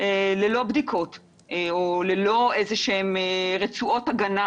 ללא בדיקות או ללא איזה רצועות הגנה,